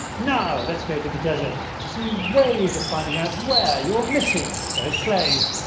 now let's go to the desert to see ways of finding out where you are missing those clays.